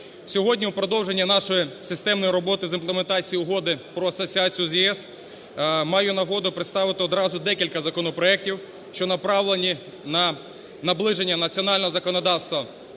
Сьогодні у продовження нашої системної роботи з імплементації Угоди про асоціацію з ЄС маю нагоду представити одразу декілька законопроектів, що направлені на наближення національного законодавства